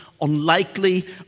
unlikely